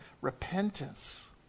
repentance